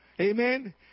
Amen